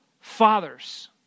fathers